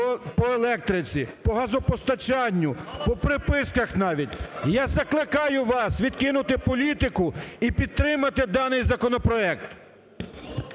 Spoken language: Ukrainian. по електриці, по газопостачанню, по приписках навіть. Я закликаю вас відкинути політику і підтримати даний законопроект.